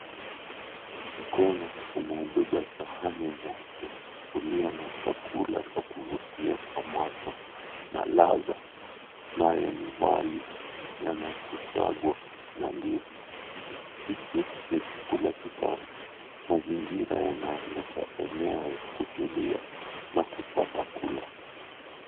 Mkono umeobeba sahani mweupe ulio na chakula cha kuvutia kwa macho na ladha nayo ni wali, nyama ya kusagwa na ndizi. Hiki ni chakula kitamu. Mazingira yanaonyesha eneo ya kutulia na kupata kula.